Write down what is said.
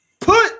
Put